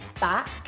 back